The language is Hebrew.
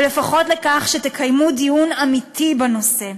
ולפחות לכך שתקיימו דיון אמיתי בנושא,